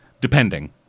depending